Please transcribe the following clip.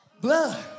blood